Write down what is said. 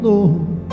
Lord